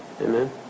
amen